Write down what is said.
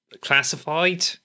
classified